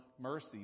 mercy